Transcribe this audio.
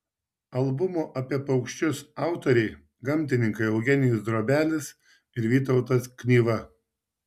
albumo apie paukščius autoriai gamtininkai eugenijus drobelis ir vytautas knyva